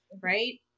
right